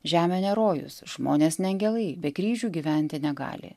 žemė ne rojus žmonės ne angelai be kryžių gyventi negali